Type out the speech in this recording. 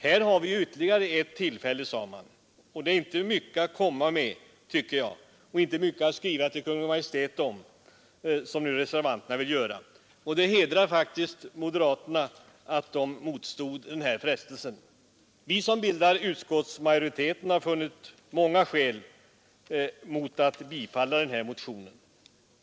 Här har vi ytterligare ett tillfälle, sade man. Det är inte mycket att komma med, tycker jag, och inte mycket att skriva till Kungl. Maj:t om, som reservanterna nu vill göra. Det hedrar faktiskt moderaterna att de motstod den frestelsen. Vi som bildar utskottsmajoriteten har funnit många skäl mot att tillstyrka den här motionen.